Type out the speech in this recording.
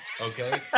Okay